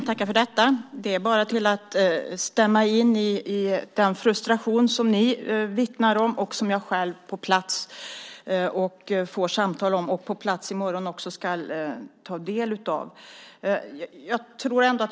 Herr talman! Det är bara att stämma in i den frustration som ni vittnar om och som jag själv får samtal om och på plats ska ta del av i morgon.